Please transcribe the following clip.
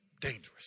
dangerous